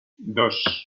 dos